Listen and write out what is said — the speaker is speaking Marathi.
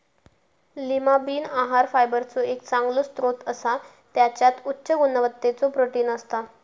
लीमा बीन आहार फायबरचो एक चांगलो स्त्रोत असा त्याच्यात उच्च गुणवत्तेचा प्रोटीन असता